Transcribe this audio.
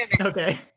Okay